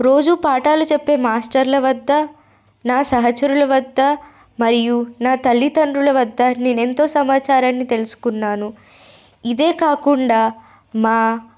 రోజు పాఠాలు చెప్పే మాస్టర్ల వద్ద నా సహచరుల వద్ద మరియు నా తల్లితండ్రుల వద్ద నేనెంతో సమాచారాన్ని తెలుసుకున్నాను ఇదే కాకుండా మా